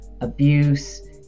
abuse